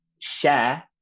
share